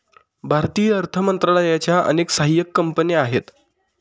भारतीय अर्थ मंत्रालयाच्या अनेक सहाय्यक कंपन्या आहेत